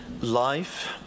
Life